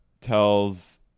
tells